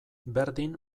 berdin